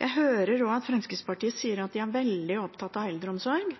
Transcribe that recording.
Jeg hører også at Fremskrittspartiet sier at de er